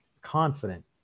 confident